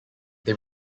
they